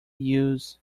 use